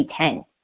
2010